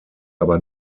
aber